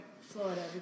Florida